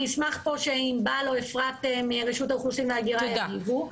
אני אשמח שענבל או אפרת מרשות האוכלוסין וההגירה יגיבו בנושא,